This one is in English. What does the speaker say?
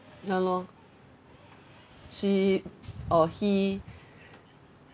ya lor she or he